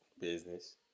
business